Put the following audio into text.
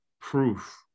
proof